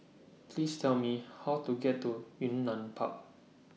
Please Tell Me How to get to Yunnan Park